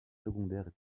secondaires